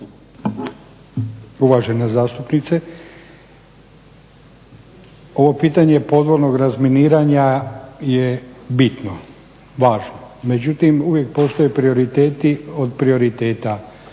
Uvažena zastupnice. Ovo pitanje podvodnog razminiranja je bitno, važno. Međutim uvijek postoje prioriteti od prioriteta.